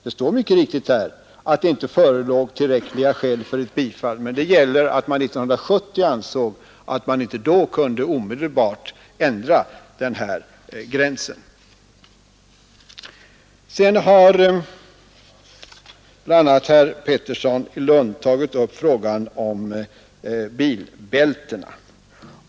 Det står mycket riktigt i betänkandet att det inte förelåg tillräckliga skäl för ett bifall, men det avser situationen 1970, då man inte ansåg att man omedelbart kunde ändra gränsen. Bl. a. herr Pettersson i Lund har tagit upp frågan om bilbältena.